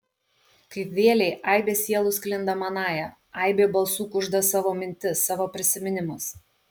kaip vėlei aibė sielų sklinda manąja aibė balsų kužda savo mintis savo prisiminimus